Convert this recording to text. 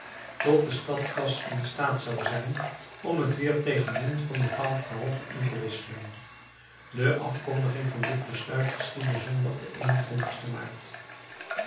tot de stadskas instaat zou zijn om het weer tegen munt van bepaald gehalte in te wisselen de afkondiging van dit besluit geschiedde zondag den eenentwintigsten maart